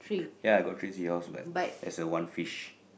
ya I got freeze yours but there is one fish